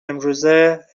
امروزه